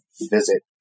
visit